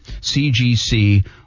CGC